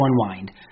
unwind